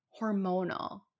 hormonal